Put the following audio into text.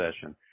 session